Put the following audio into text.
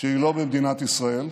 שהיא לא במדינת ישראל,